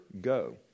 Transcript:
Go